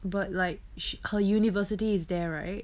but like her universities there right